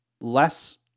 less